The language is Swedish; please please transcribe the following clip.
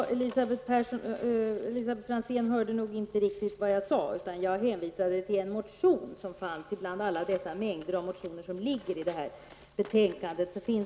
Herr talman! Nej, Elisabet Franzén hörde nog inte riktigt vad jag sade. Jag hänvisade till en motion som fanns bland denna mängd av motioner som behandlas i detta betänkande.